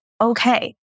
okay